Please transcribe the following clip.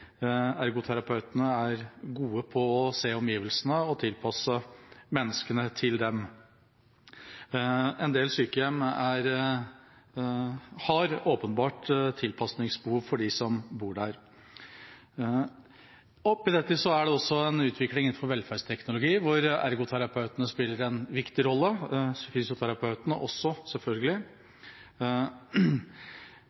Ergoterapeutene er gode på å se omgivelsene og tilpasse menneskene til dem. En del sykehjem har åpenbart tilpasningsbehov for dem som bor der. Oppe i dette er det også en utvikling innenfor velferdsteknologi hvor ergoterapeutene spiller en viktig rolle – fysioterapeutene også, selvfølgelig.